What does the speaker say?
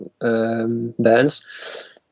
bands